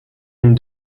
une